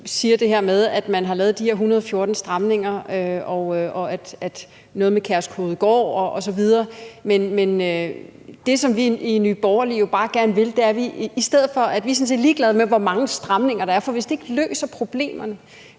siger det her med, at man har lavet de her 114 stramninger, og noget med Kærshovedgård osv., men det er ikke det, som vi i Nye Borgerlige bare gerne vil. Vi er sådan set ligeglade med, hvor mange stramninger der er, for hvis det ikke løser problemerne,